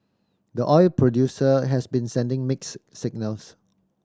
the oil producer has been sending mixed signals